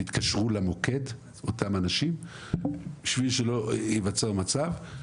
תתקשרו למוקד אותם אנשים בשביל שלא ייווצר מצב,